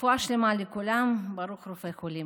רפואה שלמה לכולם, וברוך רופא חולים.